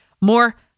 more